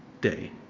day